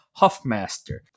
Huffmaster